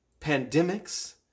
pandemics